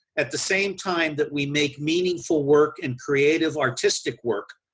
at the same time that we make meaningful work and creative artistic work,